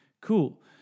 cool